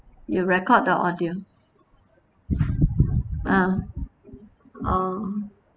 you record the audio ah oh